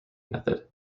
method